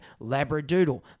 Labradoodle